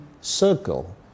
circle